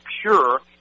pure